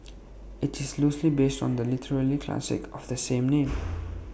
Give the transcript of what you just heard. IT is loosely based on the literary classic of the same name